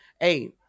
hey